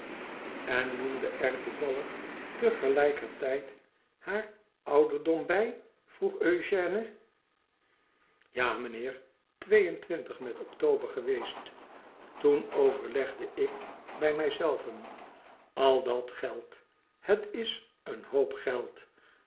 len noemde er toevallig te gelijker tijd haar ouderdom bij vroeg eugène tja meneer twee en twintig met october geweest toen overlegde ik bij mij zelven t al dat geld het is een hoop geld